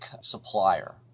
supplier